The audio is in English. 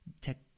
tech